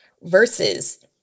versus